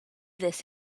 this